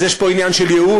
אז יש פה עניין של ייאוש,